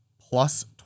plus